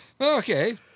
Okay